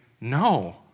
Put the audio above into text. no